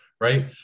Right